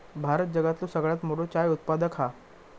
भारत जगातलो सगळ्यात मोठो चाय उत्पादक हा